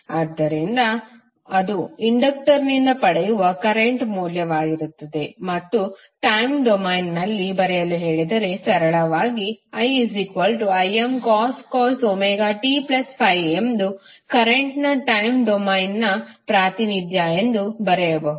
ಆದ್ದರಿಂದ ಅದು ಇಂಡಕ್ಟರ್ನಿಂದ ಪಡೆಯುವ ಕರೆಂಟ್ ಮೌಲ್ಯವಾಗಿರುತ್ತದೆ ಮತ್ತು ಟಯಮ್ ಡೊಮೇನ್ನಲ್ಲಿ ಬರೆಯಲು ಕೇಳಿದರೆ ಸರಳವಾಗಿ iImcos ωt∅ ಎಂಬುದು ಕರೆಂಟ್ ನ ಟಯಮ್ ಡೊಮೇನ್ನ ಪ್ರಾತಿನಿಧ್ಯ ಎಂದು ಬರೆಯಬಹುದು